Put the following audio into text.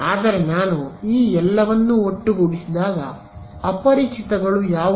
ಆದರೆ ನಾನು ಈ ಎಲ್ಲವನ್ನು ಒಟ್ಟುಗೂಡಿಸಿದಾಗ ಅಪರಿಚಿತಗಳು ಯಾವವು